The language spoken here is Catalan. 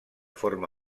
forma